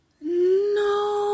No